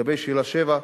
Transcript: לגבי שאלה 7,